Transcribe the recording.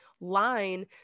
line